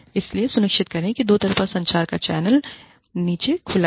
इसलिए सुनिश्चित करें कि दो तरफ़ा संचार का चैनल नीचे खुला है